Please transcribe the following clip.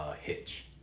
Hitch